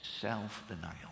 self-denial